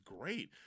great